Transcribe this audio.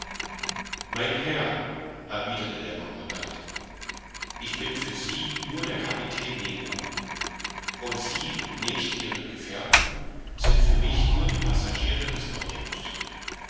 mein herr erwiderte der commandant ich bin für sie nur der kapitän nemo und sie nebst ihren gefährten sind für mich nur die passagiere des